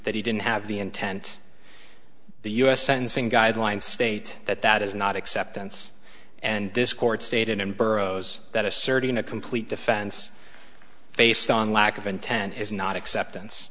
that he didn't have the intent the u s sentencing guidelines state that that is not acceptance and this court stayed in and burros that asserting a complete defense based on lack of intent is not acceptance